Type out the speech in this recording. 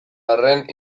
arren